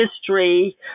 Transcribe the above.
history